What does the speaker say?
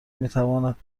میتواند